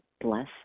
bless